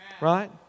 Right